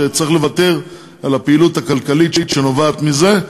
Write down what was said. שצריך לוותר על הפעילות הכלכלית שנובעת מזה.